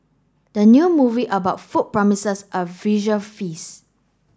the new movie about food promises a visual feast